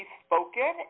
spoken